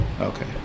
Okay